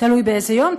תלוי באיזה יום,